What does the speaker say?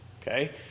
Okay